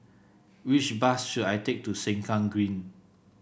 which bus should I take to Sengkang Green